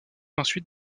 ensuite